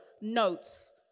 notes